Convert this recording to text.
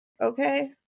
Okay